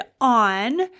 on